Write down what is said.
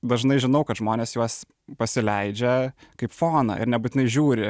dažnai žinau kad žmonės juos pasileidžia kaip foną ir nebūtinai žiūri